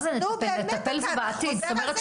נטפל זה בעתיד.